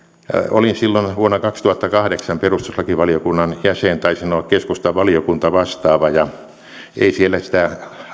olin silloin vuonna kaksituhattakahdeksan perustuslakivaliokunnan jäsen taisin olla keskustan valiokuntavastaava ja ei siellä sitä